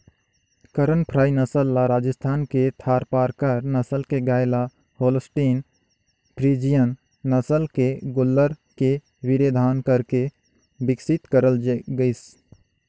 करन फ्राई नसल ल राजस्थान के थारपारकर नसल के गाय ल होल्सटीन फ्रीजियन नसल के गोल्लर के वीर्यधान करके बिकसित करल गईसे